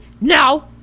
No